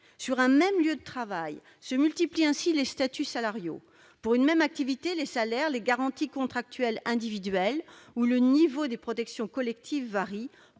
Sur un même lieu de travail se multiplient ainsi les statuts salariaux. Pour une même activité, les salaires, les garanties contractuelles individuelles ou le niveau des protections collectives varient,